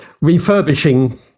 refurbishing